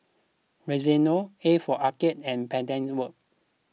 Rexona A for Arcade and Pedal Works